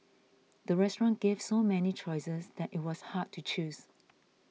the restaurant gave so many choices that it was hard to choose